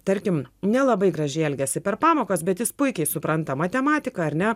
tarkim nelabai gražiai elgiasi per pamokas bet jis puikiai supranta matematiką ar ne